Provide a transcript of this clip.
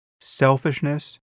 selfishness